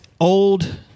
Old